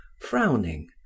frowning